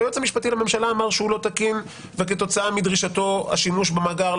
היועץ המשפטי לממשלה אמר שהוא לא תקין וכתוצאה מדרישתו השימוש במאגר,